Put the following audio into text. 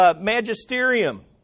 magisterium